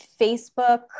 Facebook